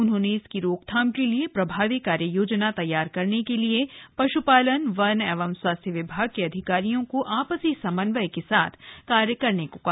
उन्होंने इसकी रोकथाम के लिए प्रभावी कार्ययोजना तैयार करने के लिए पश्पालन वन एवं स्वास्थ्य विभाग के अधिकारियों को आपसी समन्वय के साथ कार्य करने को कहा